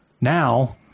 Now